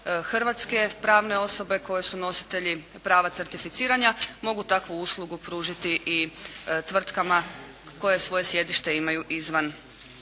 hrvatske pravne osobe koje su nositelji prava certificiranja mogu takvu uslugu pružiti i tvrtkama koje svoje sjedište imaju izvan